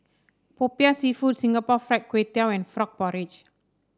popiah seafood Singapore Fried Kway Tiao and Frog Porridge